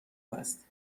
است